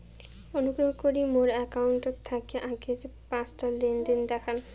অনুগ্রহ করি মোর অ্যাকাউন্ট থাকি আগের পাঁচটা লেনদেন দেখান